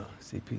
CP